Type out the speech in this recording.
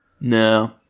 No